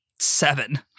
seven